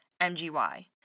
MGY